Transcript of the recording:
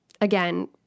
again